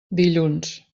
dilluns